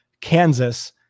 Kansas